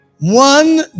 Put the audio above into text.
One